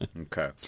Okay